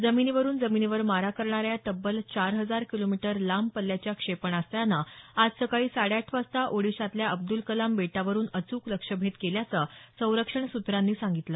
जमिनीवरुन जमिनीवर मारा करणाऱ्या या तब्बल चार हजार किलोमीटर लांब पल्ल्याच्या क्षेपणास्त्रानं आज सकाळी साडे आठ वाजता ओडिशातल्या अब्द्ल कलाम बेटावरून अचूक लक्ष्यभेद केल्याचं संरक्षण सूत्रांनी सांगितलं